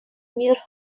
мир